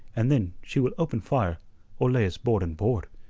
and then she will open fire or lay us board and board.